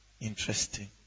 Interesting